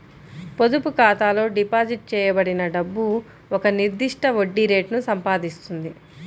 పొదుపు ఖాతాలో డిపాజిట్ చేయబడిన డబ్బు ఒక నిర్దిష్ట వడ్డీ రేటును సంపాదిస్తుంది